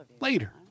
Later